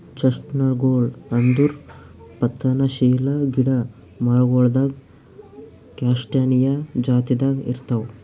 ಚೆಸ್ಟ್ನಟ್ಗೊಳ್ ಅಂದುರ್ ಪತನಶೀಲ ಗಿಡ ಮರಗೊಳ್ದಾಗ್ ಕ್ಯಾಸ್ಟಾನಿಯಾ ಜಾತಿದಾಗ್ ಇರ್ತಾವ್